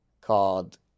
called